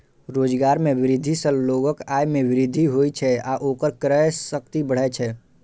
रोजगार मे वृद्धि सं लोगक आय मे वृद्धि होइ छै आ ओकर क्रय शक्ति बढ़ै छै